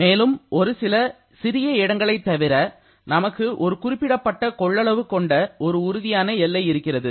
மேலும் சில சிறிய இடங்களை தவிர நமக்கு ஒரு குறிப்பிடப்பட்ட கொள்ளளவு கொண்ட ஒரு உறுதியான எல்லை இருக்கிறது